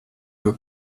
your